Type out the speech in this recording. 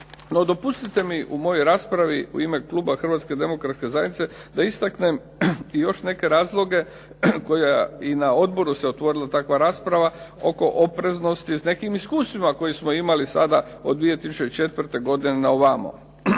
dopustite mi u mojoj raspravi u ime kluba Hrvatske demokratske zajednice da istaknem i još neke razloge koje i na odboru se otvorila takva rasprava oko opreznosti s nekim iskustvima koje smo imali sada od 2004. godine na ovamo.